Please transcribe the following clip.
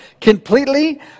completely